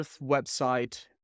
website